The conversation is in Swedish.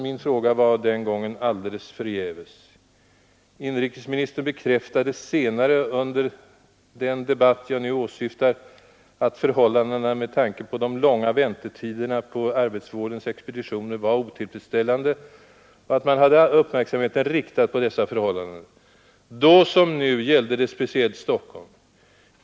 Min fråga var den gången således förgäves. Inrikesministern bekräftade senare under den debatt jag nu åsyftar att förhållandena med tanke på de långa väntetiderna på arbetsvårdens expeditioner var otillfredsställande och att man hade uppmärksamheten riktad på de förhållanden. Då som nu gällde det speciellt Stockholm.